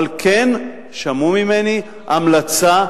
אבל כן שמעו ממני המלצה,